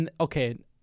okay